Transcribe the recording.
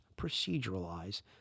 proceduralize